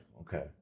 Okay